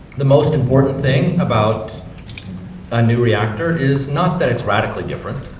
the most important thing about a new reactor is not that it's radically different,